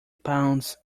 pounds